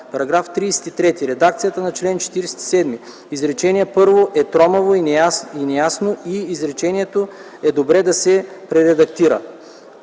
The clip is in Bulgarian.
В § 33 редакцията на чл. 47, изречение първо е тромава и неясна и изречението е добре да се прередактира.